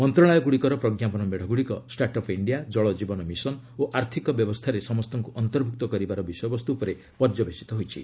ମନ୍ତ୍ରଣାଳୟଗୁଡ଼ିକର ପ୍ରଜ୍ଞାପନ ମେଢ଼ଗୁଡ଼ିକ start up India ଜଳଜୀବନ ମିଶନ୍ ଓ ଆର୍ଥକ ବ୍ୟବସ୍ଥାରେ ସମସ୍ତଙ୍କୁ ଅନ୍ତର୍ଭୁକ୍ତ କରିବାର ବିଷୟବସ୍ତୁ ଉପରେ ପର୍ଯ୍ୟବସିତ ହୋଇଛି